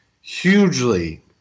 hugely